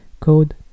code